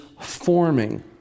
forming